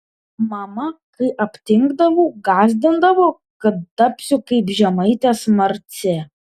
mama kai aptingdavau gąsdindavo kad tapsiu kaip žemaitės marcė